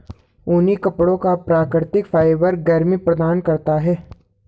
ऊनी कपड़ों का प्राकृतिक फाइबर ही गर्मी प्रदान करता है